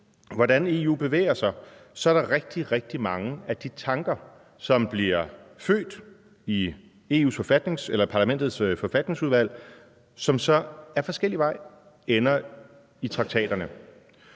hvordan EU bevæger sig, så er der rigtig, rigtig mange af de tanker, som bliver født i Parlamentets forfatningsudvalg, som så ad forskellige veje ender i traktaterne,